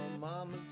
mama's